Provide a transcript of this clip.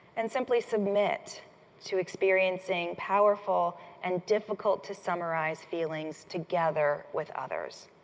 and simply submit to experiencing powerful and difficult-to-summarize feelings together with others.